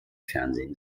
fernsehen